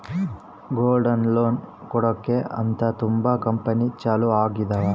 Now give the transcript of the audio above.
gold loan ಕೊಡಕ್ಕೆ ಅಂತ ತುಂಬಾ ಕಂಪೆನಿ ಚಾಲೂ ಆಗಿದಾವ